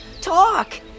Talk